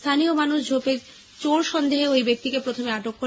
স্থানীয় মানুষ ঝোপে চোর সন্দেহে ওই ব্যক্তিকে প্রথমে আটক করে